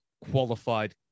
qualified